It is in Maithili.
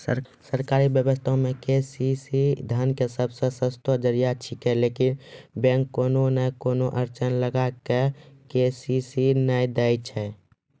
सरकारी व्यवस्था मे के.सी.सी धन के सबसे सस्तो जरिया छिकैय लेकिन बैंक कोनो नैय कोनो अड़चन लगा के के.सी.सी नैय दैय छैय?